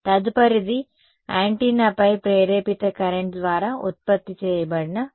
తదుపరిది యాంటెన్నాపై ప్రేరేపిత కరెంట్ ద్వారా ఉత్పత్తి చేయబడిన ఫీల్డ్